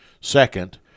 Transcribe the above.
Second